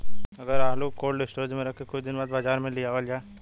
अगर आलू cold storage में रख के कुछ दिन बाद बाजार में लियावल जा?